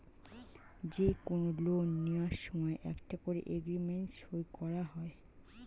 যে কোনো লোন নেয়ার সময় একটা করে এগ্রিমেন্ট সই করা হয়